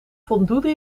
voldoende